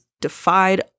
defied